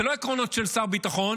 זה לא עקרונות של שר ביטחון,